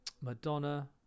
Madonna